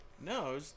No